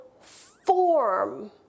form